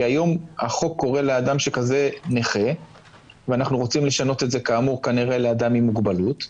היום החוק קורא לאדם כזה נכה ואנחנו רוצים לשנות את זה לאדם עם מוגבלות,